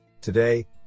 Today